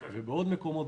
בעכו,